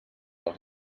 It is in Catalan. els